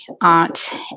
aunt